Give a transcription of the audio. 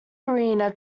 arena